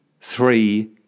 three